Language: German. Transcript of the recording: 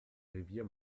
revier